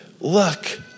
Look